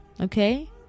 Okay